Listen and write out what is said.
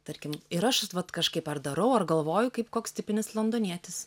tarkim ir aš vat kažkaip ar darau ar galvoju kaip koks tipinis londonietis